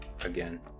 again